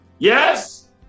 yes